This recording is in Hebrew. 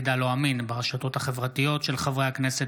כאן: לפרובוקציות של בן גביר בהר הבית,